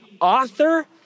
author